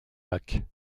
lacs